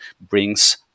brings